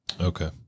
Okay